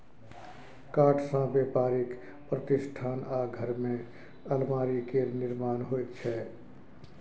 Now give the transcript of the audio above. काठसँ बेपारिक प्रतिष्ठान आ घरमे अलमीरा केर निर्माण होइत छै